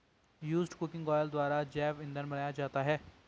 used cooking oil द्वारा जैव इंधन बनाया जाता है